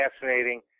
fascinating